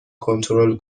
کنترل